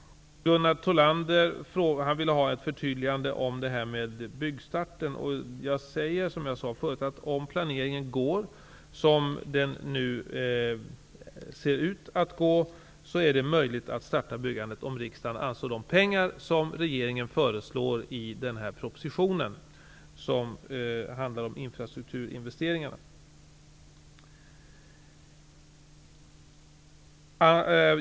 Gunnar Thollander vill ha ett förtydligande om frågan om byggstarten. Om planerna följs är det möjligt att starta byggandet. Det förutsätter att riksdagen anslår de pengar som regeringen föreslår i propositionen om infrastrukturinvesteringarna.